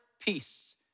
peace